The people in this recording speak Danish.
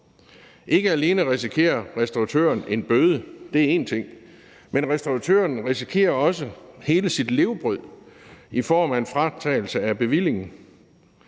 Ikke alene risikerer restauratøren en bøde – det er én ting – men restauratøren risikerer også hele sit levebrød i form af en fratagelse af bevillingen.